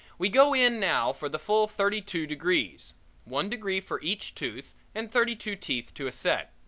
we go in now for the full thirty-two degrees one degree for each tooth and thirty-two teeth to a set.